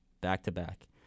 back-to-back